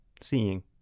seeing